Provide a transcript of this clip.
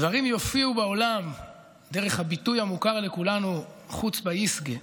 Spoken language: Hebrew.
דברים יופיעו בעולם דרך הביטוי המוכר לכולנו "חוצפה יסגא",